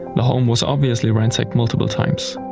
the home was obviously ransacked multiple times.